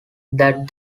that